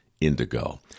indigo